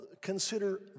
consider